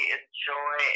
enjoy